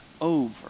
over